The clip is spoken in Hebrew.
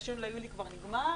ה-1 ביולי כבר נגמר,